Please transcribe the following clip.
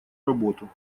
работу